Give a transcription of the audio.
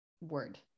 word